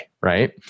right